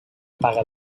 paga